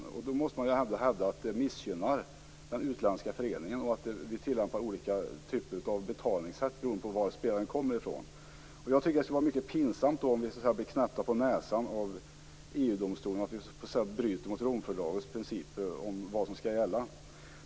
Då måste man hävda att det missgynnar den utländska föreningen och att vi tillämpar olika typer av betalningssätt beroende på varifrån spelaren kommer. Jag tycker att det skulle vara mycket pinsamt om vi så att säga skulle bli knäppta på näsan av EU-domstolen för att vi bryter mot Romfördragets principer om vad som skall gälla.